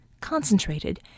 concentrated